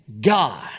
God